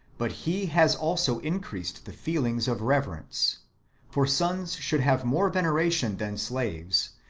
but he has also increased the feeling of reverence for sons should have more veneration than slaves,